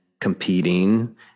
competing